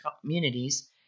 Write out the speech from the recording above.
communities